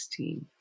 2016